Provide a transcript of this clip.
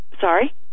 Sorry